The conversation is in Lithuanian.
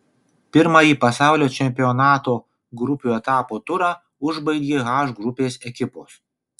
pirmąjį pasaulio čempionato grupių etapo turą užbaigė h grupės ekipos